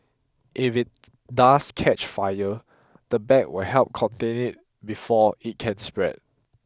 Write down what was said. if it does catch fire the bag will help contain it before it can spread